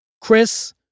Chris